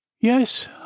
Yes